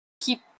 keep